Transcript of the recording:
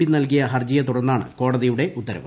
P നൽകിയ ഹർജിയെ തുടർന്നാണ് കോട്ടതിയുടെ ഉത്തരവ്